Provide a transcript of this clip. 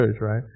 right